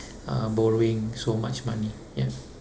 uh borrowing so much money ya